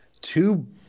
Two